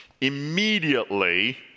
Immediately